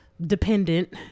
dependent